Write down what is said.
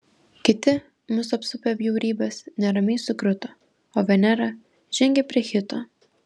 kiti mus apsupę bjaurybės neramiai sukruto o venera žengė prie hito